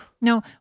No